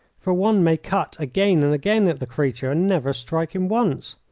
for one may cut again and again at the creature and never strike him once.